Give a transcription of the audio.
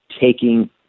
taking